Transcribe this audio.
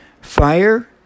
Fire